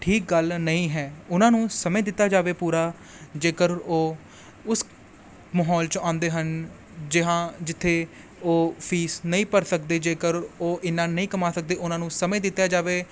ਠੀਕ ਗੱਲ ਨਹੀਂ ਹੈ ਉਹਨਾਂ ਨੂੰ ਸਮੇਂ ਦਿੱਤਾ ਜਾਵੇ ਪੂਰਾ ਜੇਕਰ ਉਹ ਉਸ ਮਹੋਲ 'ਚ ਆਉਂਦੇ ਹਨ ਜਹਾਂ ਜਿੱਥੇ ਉਹ ਫੀਸ ਨਹੀਂ ਭਰ ਸਕਦੇ ਜੇਕਰ ਉਹ ਇੰਨਾ ਨਹੀਂ ਕਮਾ ਸਕਦੇ ਉਹਨਾਂ ਨੂੰ ਸਮੇਂ ਦਿੱਤਾ ਜਾਵੇ